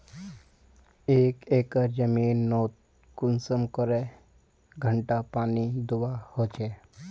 एक एकर जमीन नोत कुंसम करे घंटा पानी दुबा होचए?